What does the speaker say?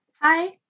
Hi